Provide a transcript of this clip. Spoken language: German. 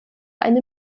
eine